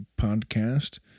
podcast